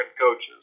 coaches